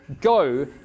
Go